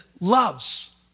loves